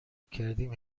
کردیم